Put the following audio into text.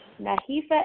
Nahifa